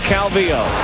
Calvillo